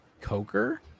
Coker